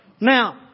Now